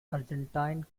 argentine